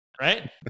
Right